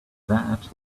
that